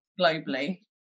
globally